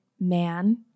man